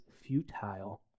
futile